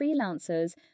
freelancers